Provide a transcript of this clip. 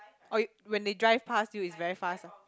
orh you when they drive past you is very fast ah